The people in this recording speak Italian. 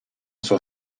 sua